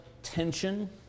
tension